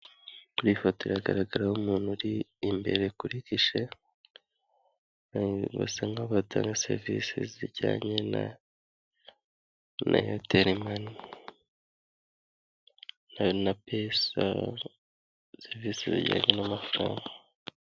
Ku ifoto iragaragaraho umuntu uri imbere kuri gishe, basa nk'aho batanga serivisi zijyanye na Airtel Money, serivisi zijyanye n'amafaranga.